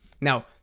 Now